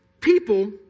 people